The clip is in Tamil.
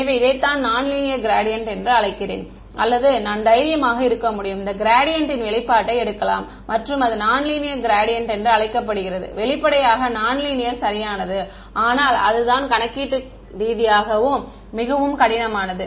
எனவே இதைத்தான் நான் லீனியர் க்ராடியன்ட் என்று அழைக்கிறேன் அல்லது நான் தைரியமாக இருக்க முடியும் இந்த க்ராடியன்ட்ட்டின் வெளிப்பாட்டை எடுக்கலாம் மற்றும் அது நான் லீனியர் க்ராடியன்ட் என்று அழைக்கப்படும் வெளிப்படையாக நான் லீனியர் சரியானது ஆனால் அது தான் கணக்கீட்டு ரீதியாக மிகவும் கடினமானது